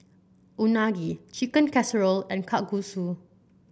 Unagi Chicken Casserole and Kalguksu